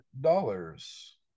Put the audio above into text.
dollars